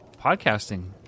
podcasting